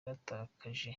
yaratakaje